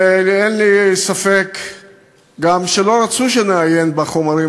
ואין לי ספק גם שלא רצו שנעיין בחומרים